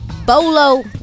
bolo